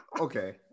Okay